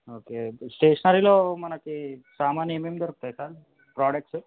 okay స్టేషనరీలో మనకి సామాన్ ఏమేమి దొరుకుతాయి సార్ ప్రోడక్ట్సు